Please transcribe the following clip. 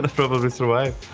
but probably survive!